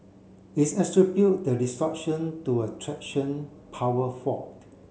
is attribute the disruption to a traction power fault